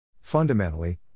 Fundamentally